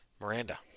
Miranda